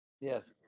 yes